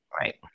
Right